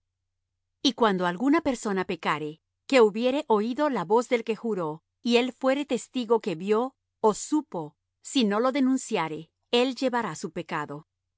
y cuando alguna persona pecare que hubiere oído la voz del que juró y él fuere testigo que vió ó supo si no lo denunciare él llevará su pecado